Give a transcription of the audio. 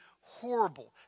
horrible